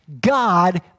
God